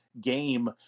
game